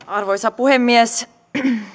arvoisa puhemies